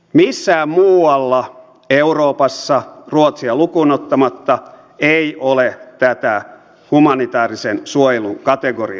missään muualla euroopassa ruotsia lukuun ottamatta ei ole tätä humanitäärisen suojelun kategoriaa